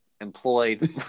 employed